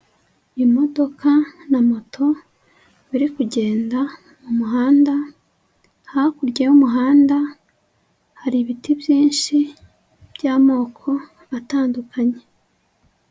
Imodoka na moto bari kugenda mu muhanda; hakurya y'umuhanda hari ibiti byinshi by'amoko atandukanye.